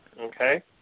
Okay